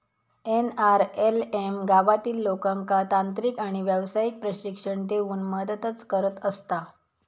NRLM गावातील लोकांका तांत्रिक आणि व्यावसायिक प्रशिक्षण देऊन मदतच करत असता